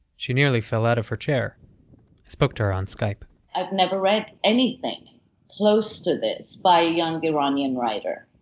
she nearly fell out of her chair. i spoke to her on skype i've never read anything close to this by a young iranian writer